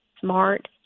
smart